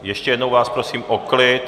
Ještě jednou vás prosím o klid!